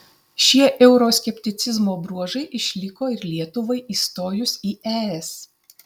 šie euroskepticizmo bruožai išliko ir lietuvai įstojus į es